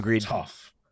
tough